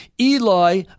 Eli